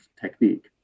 technique